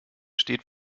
steht